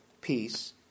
peace